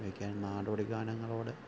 എനിക്ക് ആ നാടോടി ഗാനങ്ങളോട്